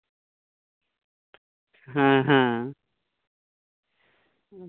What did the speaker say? ᱦᱮᱸ ᱦᱮᱸ